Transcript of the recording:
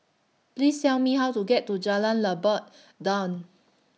Please Tell Me How to get to Jalan Lebat Daun